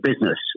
business